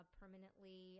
permanently